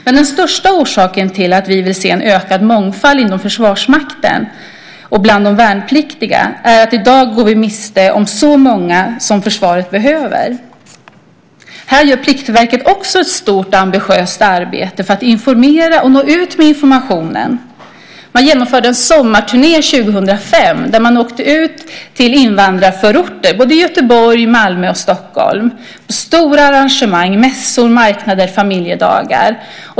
Men den främsta orsaken till att vi vill se en ökad mångfald inom Försvarsmakten och bland de värnpliktiga är att vi i dag går miste om väldigt många som försvaret behöver. Här gör Pliktverket också ett stort och ambitiöst arbete för att informera och nå ut med informationen. År 2005 genomförde man en sommarturné. Man åkte ut till invandrarförorter i Göteborg, Malmö och Stockholm. Det var stora arrangemang - mässor, marknader och familjedagar.